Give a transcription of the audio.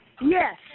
Yes